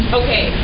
okay